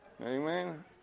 Amen